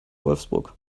wolfsburg